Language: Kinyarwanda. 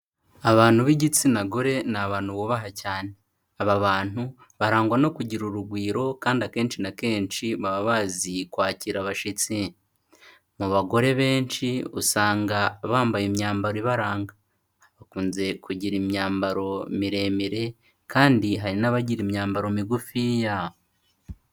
Abantu b'igitsina gore ni abantu bubaha cyane. Aba bantu barangwa no kugira urugwiro kandi akenshi na kenshi baba bazi kwakira abashyitsi. Mu bagore benshi usanga bambaye imyambaro ibaranga, bakunze kugira imyambaro miremire kandi hari n'abagira imyambaro migufiya.